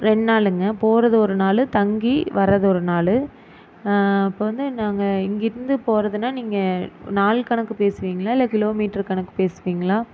ரெண்டு நாளுங்கள் போகிறது ஒரு நாள் தங்கி வரது ஒரு நாள் இப்போ வந்து நாங்கள் இங்கேருந்து போறதுனால் நீங்கள் நாள் கணக்கு பேசுவீங்களா இல்லை கிலோ மீட்ரு கணக்கு பேசுவீங்களா